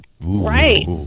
Right